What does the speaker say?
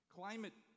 climate